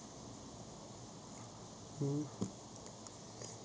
S>